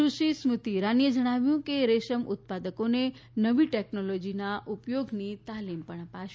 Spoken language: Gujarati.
સુશ્રી સ્મૃતી ઈરાનીએ જણાવ્યું હતું કે રેશમ ઉત્પાદકોને નવી ટેકનોલોજીના ઉપયોગની તાલીમ પણ અપાશે